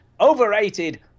Overrated